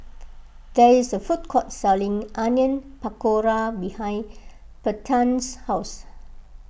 there is a food court selling Onion Pakora behind Bethann's house